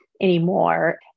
anymore